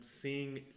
seeing